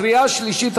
קריאה שלישית,